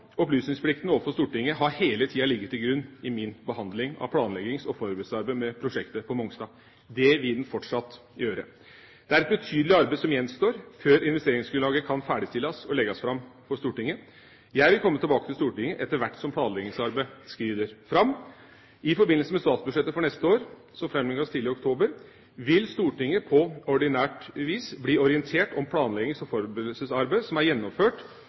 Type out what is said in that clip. opplysningsplikten overfor Stortinget har hele tiden ligget til grunn i min behandling av planleggings- og forberedelsesarbeidet med prosjektet på Mongstad. Det vil den fortsatt gjøre. Det er et betydelig arbeid som gjenstår før investeringsgrunnlaget kan ferdigstilles og legges fram for Stortinget. Jeg vil komme tilbake til Stortinget etter hvert som planleggingsarbeidet skrider fram. I forbindelse med statsbudsjettet for neste år, som framlegges tidlig i oktober, vil Stortinget på ordinært vis bli orientert om planleggings- og forberedelsesarbeidet som er gjennomført,